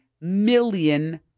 million